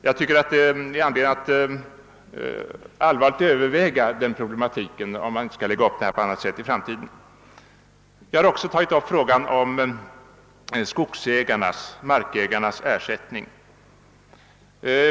Jag tycker det finns anledning att allvarligt överväga om inte dessa saker. borde ordnas på annat sätt för framtiden. Sedan har jag också tagit upp frågan om markägarnas ersättningar.